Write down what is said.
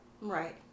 Right